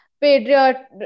patriot